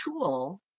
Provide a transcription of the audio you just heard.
tool